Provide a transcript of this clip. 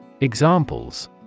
Examples